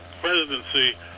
presidency